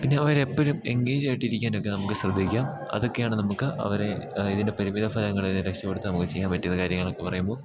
പിന്നെ അവരെ എപ്പോഴും എൻഗേജ് ആയിട്ടിരിക്കാനൊക്കെ നമുക്ക് ശ്രദ്ധിക്കാം അതൊക്കെയാണ് നമുക്ക് അവരെ ഇതിൻെ പരിമിത ഫലങ്ങളിൽ രക്ഷപെടുത്താൻ നമുക്ക് ചെയ്യാൻ പറ്റുന്ന കാര്യങ്ങളൊക്കെ പറയുമ്പോൾ